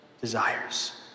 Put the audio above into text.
desires